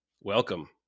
welcome